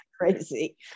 crazy